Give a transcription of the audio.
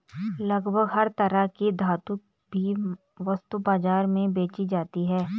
लगभग हर तरह की धातु भी वस्तु बाजार में बेंची जाती है